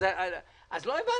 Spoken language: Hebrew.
לא הבנתי,